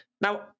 Now